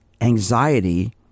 anxiety